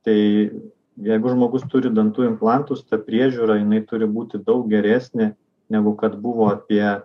tai jeigu žmogus turi dantų implantus ta priežiūra jinai turi būti daug geresnė negu kad buvo apie